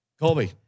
Colby